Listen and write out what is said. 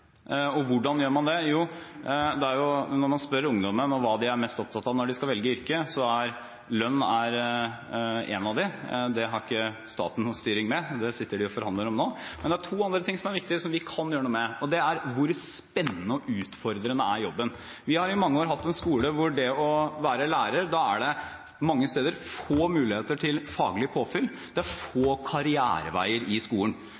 det mer attraktivt å bli lærer. Hvordan gjør man det? Når man spør ungdommen om hva de er mest opptatt av når de skal velge yrke, er lønn et av svarene. Det har ikke staten noe styring med. Det sitter man og forhandler om nå. Men det er to andre momenter som er viktige, som vi kan gjøre noe med, og det er hvor spennende og utfordrende jobben er. Vi har i mange år hatt en skole hvor det mange steder er få muligheter til faglig påfyll for lærerne, og hvor det er